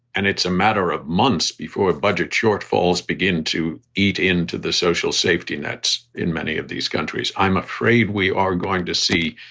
and it's a matter of months before budget shortfalls begin to eat into the social safety nets. in many of these countries, i'm afraid we are going to see